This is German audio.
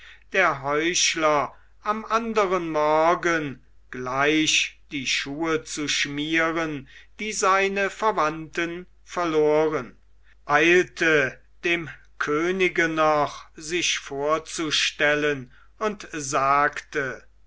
der heuchler am anderen morgen gleich die schuhe zu schmieren die seine verwandten verloren eilte dem könige noch sich vorzustellen und sagte